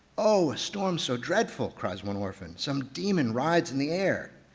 oh a storm so dreadful, cries one orphan. some demon rides in the air.